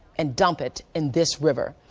and dump it in this river.